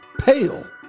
pale